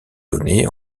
données